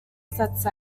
sets